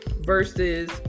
versus